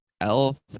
elf